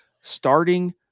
starting